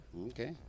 Okay